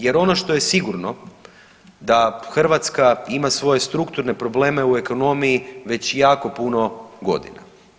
Jer ono što je sigurno da Hrvatska ima svoje strukturne probleme u ekonomiji već jako puno godina.